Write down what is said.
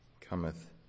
cometh